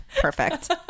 Perfect